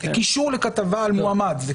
קישור לכתבה על מועמד.